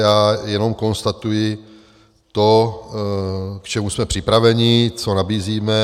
Já jenom konstatuji to, k čemu jsme připraveni, co nabízíme.